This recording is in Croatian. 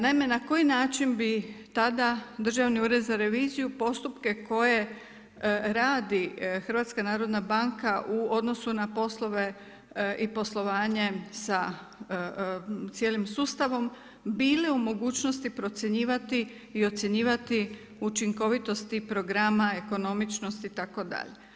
Naime, na koji način bi tada Državni ured za reviziju postupke koje radi Hrvatska narodna banka u odnosu na poslove i poslovanje sa cijelim sustavom bili u mogućnosti procjenjivati i ocjenjivati učinkovitosti programa, ekonomičnosti itd.